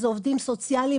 זה עובדים סוציאליים,